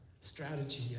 strategy